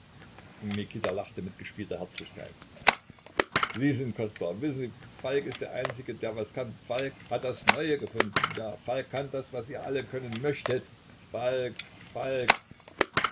mikita lachte mit gespielter herzlichkeit sie sind kostbar wissen sie falk ist der einzige der was kann falk hat das neue gefunden ja falk kann das was ihr alle können möchtet falk falk